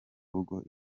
rugo